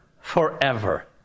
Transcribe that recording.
forever